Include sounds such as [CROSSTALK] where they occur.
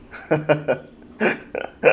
[LAUGHS]